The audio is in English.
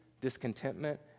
discontentment